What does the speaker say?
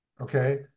Okay